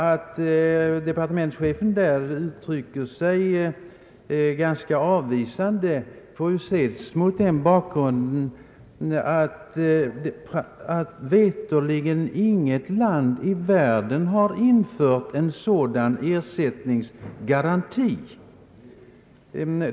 Att departementschefen därvid uttrycker sig ganska avvisande får ses mot bakgrund av att veterligen inte något land i världen infört en sådan ersättningsgaranti.